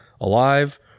alive